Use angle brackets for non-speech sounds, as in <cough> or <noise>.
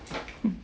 <noise>